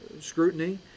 scrutiny